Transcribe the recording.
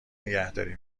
نگهداری